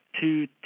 two